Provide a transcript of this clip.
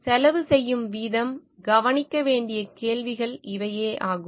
செலவு செய்யும் விதம் கவனிக்க வேண்டிய கேள்விகள் இவை ஆகும்